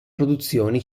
produzioni